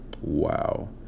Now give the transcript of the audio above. wow